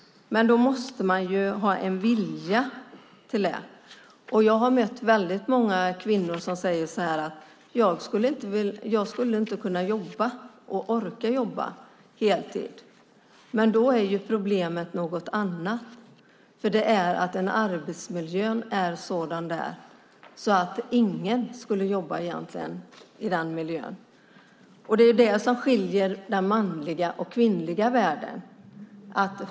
Men då måste man ha en vilja till det. Jag har mött väldigt många kvinnor som säger att de inte skulle orka jobba heltid. Men då är problemet något annat: att arbetsmiljön är sådan att ingen egentligen borde jobba i den miljön. Det är det som skiljer den manliga och kvinnliga världen.